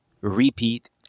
repeat